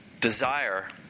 desire